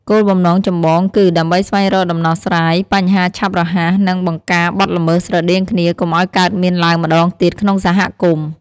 គោលបំណងចម្បងគឺ ដើម្បីស្វែងរកដំណោះស្រាយបញ្ហាឆាប់រហ័ស និងបង្ការបទល្មើសស្រដៀងគ្នាកុំឲ្យកើតមានឡើងម្តងទៀតក្នុងសហគមន៍។